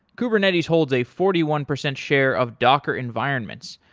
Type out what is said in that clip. kubernetes holds a forty one percent share of docker environments,